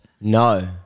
No